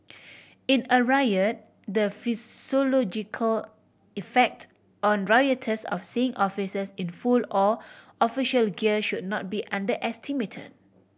in a riot the psychological effect on rioters of seeing officers in full or official gear should not be underestimate